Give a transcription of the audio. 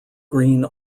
green